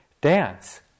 dance